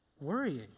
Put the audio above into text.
worrying